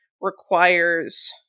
requires